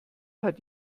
hat